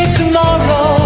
tomorrow